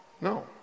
No